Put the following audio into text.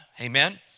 Amen